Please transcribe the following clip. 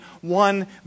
one